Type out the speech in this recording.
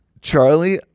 Charlie